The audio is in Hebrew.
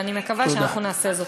ואני מקווה שאנחנו נעשה זאת.